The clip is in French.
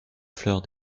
fleurs